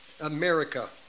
America